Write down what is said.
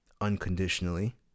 unconditionally